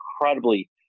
incredibly